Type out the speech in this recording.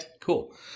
cool